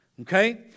Okay